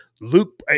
Luke